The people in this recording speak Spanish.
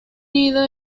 nido